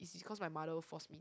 is cause my mother force me